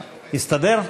הסתדר?